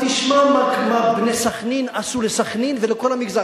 תשמע מה "בני סח'נין" עשו לסח'נין ולכל המגזר